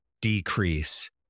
decrease